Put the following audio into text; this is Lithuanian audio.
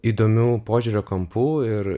įdomių požiūrio kampų ir